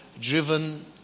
driven